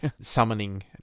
Summoning